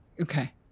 Okay